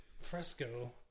Fresco